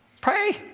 Pray